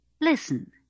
Listen